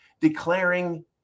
declaring